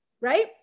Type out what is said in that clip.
right